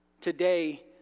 Today